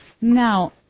Now